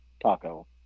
Taco